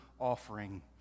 Offering